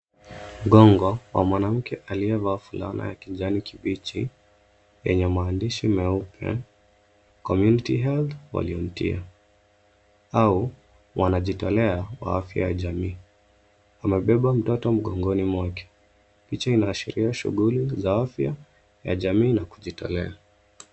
Gongo wa mwanamke aliyevaa fulana ya kijani kibichi yenye maandishi meupe, community health volunteer au wanajitolea kwa afya ya jamii, amebeba mtoto mgongoni mwake. Picha inaashiria shughuli za afya ya jamii na kujitolea.